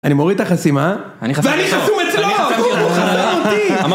אני מוריד את החסימה, ואני חסום אצלו, הוא חסם אותי!